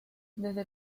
desde